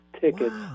tickets